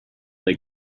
they